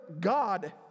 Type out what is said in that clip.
god